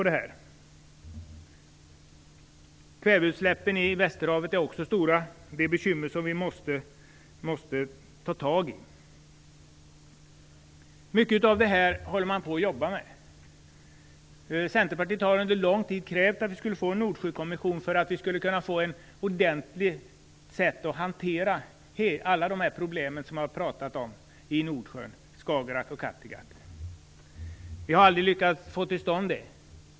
Kväveutsläppen i Västerhavet är också stora. Det är ett bekymmer som vi måste ta tag i. Mycket av det här håller man på att jobba med. Centerpartiet har under lång tid krävt att få en Nordsjökommission, för att på ett ordentligt sätt kunna hantera alla de problem i Nordsjön, Skagerrak och Kattegatt som man har pratat om. Vi har aldrig lyckats få en sådan till stånd.